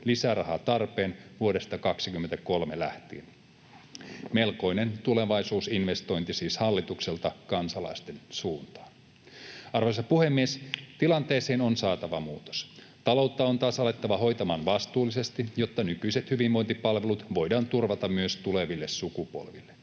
lisärahatarpeen vuodesta 23 lähtien — melkoinen tulevaisuusinvestointi siis hallitukselta kansalaisten suuntaan. Arvoisa puhemies! Tilanteeseen on saatava muutos. Taloutta on taas alettava hoitamaan vastuullisesti, jotta nykyiset hyvinvointipalvelut voidaan turvata myös tuleville sukupolville.